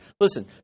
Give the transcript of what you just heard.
Listen